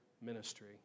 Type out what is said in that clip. ministry